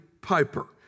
piper